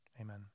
amen